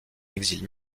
exil